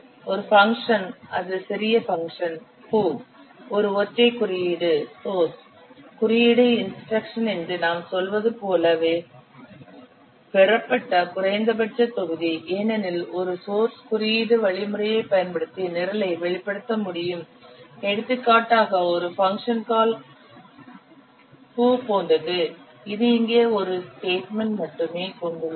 ஒரு பங்க்ஷன் அது சிறிய பங்க்ஷன் foo ஒரு ஒற்றை குறியீடு சோர்ஸ் குறியீடு இன்ஸ்டிரக்ஷன் என்று நாம் சொல்வது போலவே பெறப்பட்ட குறைந்தபட்ச தொகுதி ஏனெனில் ஒரு சோர்ஸ் குறியீடு வழிமுறையைப் பயன்படுத்தி நிரலை வெளிப்படுத்த முடியும் எடுத்துக்காட்டாக ஒரு பங்க்ஷன் கால் foo போன்றது இது இங்கே ஒரே ஒரு ஸ்டேட்மெண்ட் மட்டுமே கொண்டுள்ளது